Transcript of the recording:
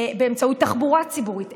באמצעות תחבורה ציבורית.